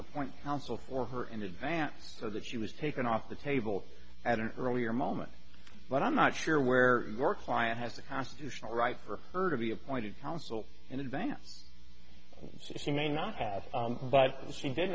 appoint counsel for her in advance so that she was taken off the table at an earlier moment but i'm not sure where your client has a constitutional right for her to be appointed counsel in advance so she may not have but she did